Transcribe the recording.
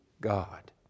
God